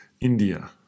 India